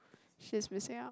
she's missing out